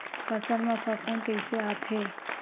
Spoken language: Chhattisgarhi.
फसल मा फफूंद कइसे आथे?